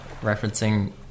Referencing